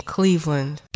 Cleveland